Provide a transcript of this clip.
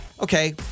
okay